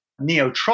neotropical